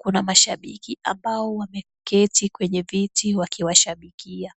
kuna mashabiki ambao wameketi kwenye viti wakiwashabikia.